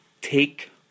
Take